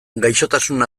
gaixotasun